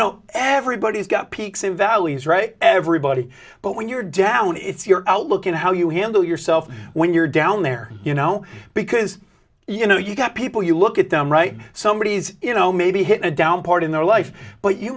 know everybody's got peaks and valleys right everybody but when you're down it's your outlook in how you handle yourself when you're down there you know because you know you've got people you look at them right somebody is you know maybe hit a down part in their life but you